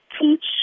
teach